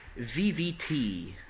VVT